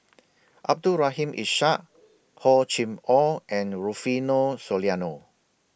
Abdul Rahim Ishak Hor Chim Or and Rufino Soliano